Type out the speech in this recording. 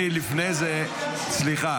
אני לפני זה, סליחה